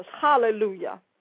Hallelujah